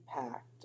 impact